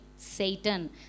Satan